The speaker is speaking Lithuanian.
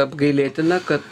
apgailėtina kad